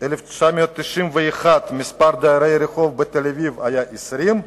1991 מספר דרי הרחוב בתל-אביב היה 20,